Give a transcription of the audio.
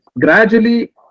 Gradually